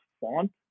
font